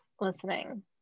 listening